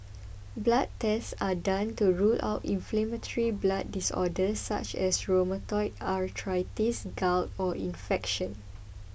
blood tests are done to rule out inflammatory blood disorders such as rheumatoid arthritis gout or infection